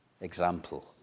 example